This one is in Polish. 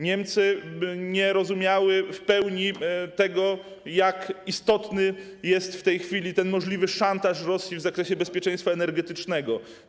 Niemcy nie rozumiały w pełni tego, jak istotny jest w tej chwili możliwy szantaż Rosji w zakresie bezpieczeństwa energetycznego.